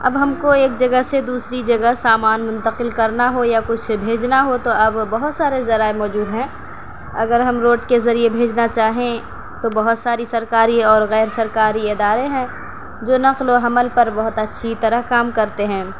اب ہم کو ایک جگہ سے دوسری جگہ سامان منتقل کرنا ہو یا کچھ بھیجنا ہو تو اب بہت سارے ذرائع موجود ہیں اگر ہم روڈ کے ذریعے بھیجنا چاہیں تو بہت ساری سرکاری اور غیر سرکاری ادارے ہیں جو نقل و حمل پر بہت اچّھی طرح کام کرتے ہیں